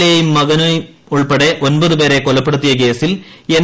എയും മകനും ഉൾപ്പെടെ ഒൻപതു പേരെ കൊലപ്പെടുത്തിയ കേസിൽ എൻ